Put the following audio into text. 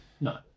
No